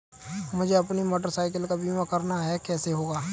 मुझे अपनी motorcycle का बीमा करना है कैसे होगा?